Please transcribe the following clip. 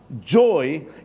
joy